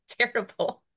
terrible